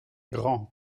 grand